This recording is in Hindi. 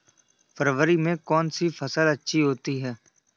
फरवरी में कौन सी फ़सल अच्छी होती है?